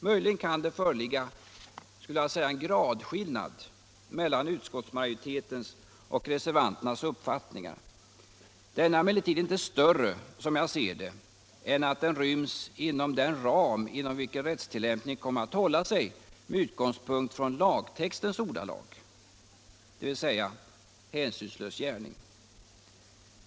Möjligen kan det föreligga en gradskillnad mellan utskottsmajoritetens och reservanternas uppfattningar. Denna är emellertid inte större, såsom jag ser det, än att den ryms inom den ram inom vilken rättstillämpningen kommer att hålla sig med utgångspunkt i lagtextens ordalag, dvs. ”hänsynslös gärning”.